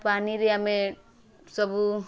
ପାନିରେ ଆମେ ସବୁ